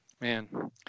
man